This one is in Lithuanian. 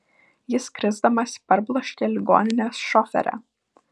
jis krisdamas parbloškė ligoninės šoferę